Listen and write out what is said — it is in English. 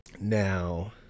now